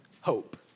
hope